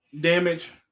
Damage